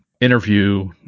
interview